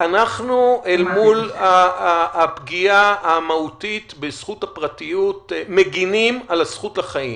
אנחנו אל מול הפגיעה המהותית בזכות הפרטיות מגנים על הזכות לחיים.